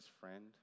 friend